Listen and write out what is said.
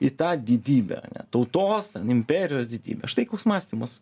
į tą didybę tautos imperijos didybę štai koks mąstymas